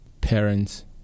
parents